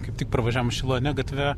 kaip tik pravažiavom šilo ane gatve